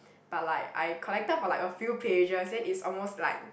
but like I collected for like a few pages then it's almost like